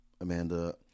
Amanda